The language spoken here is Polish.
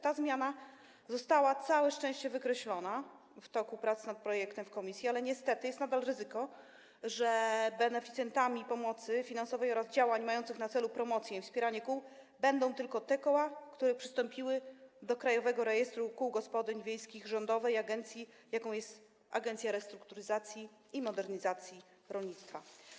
Ta zmiana została - całe szczęście - wykreślona w toku prac nad projektem w komisji, ale niestety jest nadal ryzyko, że beneficjentami pomocy finansowej oraz działań mających na celu promocję i wspieranie kół będą tylko te koła, które przystąpiły do Krajowego Rejestru Kół Gospodyń Wiejskich rządowej agencji, jaką jest Agencja Restrukturyzacji i Modernizacji Rolnictwa.